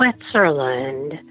Switzerland